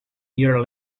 near